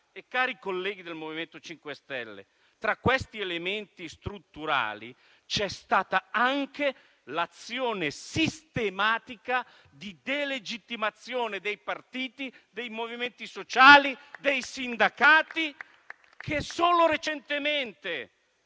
Cari colleghi del MoVimento 5 Stelle, tra questi elementi strutturali c'è stata anche l'azione sistematica di delegittimazione dei partiti, dei movimenti sociali e dei sindacati che solo recentemente